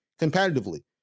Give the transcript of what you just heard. competitively